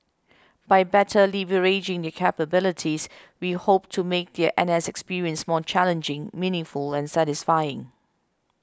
by better leveraging their capabilities we hope to make their N S experience more challenging meaningful and satisfying